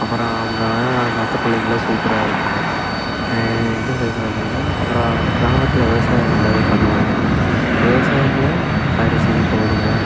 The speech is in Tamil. அப்புறம் அங்கே அங்கே அத்தை பிள்ளைங்கள்லாம் சூப்பராக இருக்கும் என்ன சொல்லி சொல்கிறதுன்னா அப்புறம் கிராமத்தில் விவசாயம் நல்லா பண்ணுவாங்க விவசாயத்தில் அரிசி கோதுமை